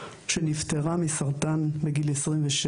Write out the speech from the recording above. שנפטרה מסרטן בגיל 26,